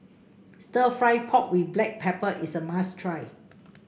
stir fry pork with Black Pepper is a must try